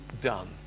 done